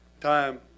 time